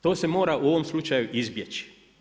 To se mora u ovom slučaju izbjeći.